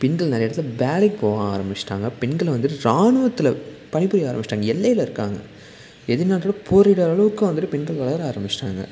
பெண்கள் நிறையா இடத்துல வேலைக்கு போக ஆரம்பிச்சுட்டாங்க பெண்கள வந்துட்டு ராணுவத்தில் பணிபுரிய ஆரம்பிச்சுட்டாங்க எல்லையில் இருக்காங்க எதிரி நாட்டோட போரிடுற அளவுக்கு வந்துட்டு பெண்கள் வளர ஆரம்பிச்சுட்டாங்க